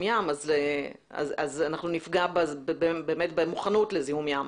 ים אז אנחנו נפגע במוכנות לזיהום ים.